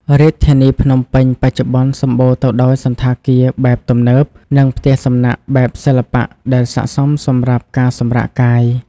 រាជធានីភ្នំពេញបច្ចុប្បន្នសម្បូរទៅដោយសណ្ឋាគារបែបទំនើប និងផ្ទះសំណាក់បែបសិល្បៈដែលស័ក្តិសមសម្រាប់ការសម្រាកកាយ។